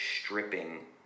stripping